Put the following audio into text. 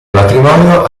matrimonio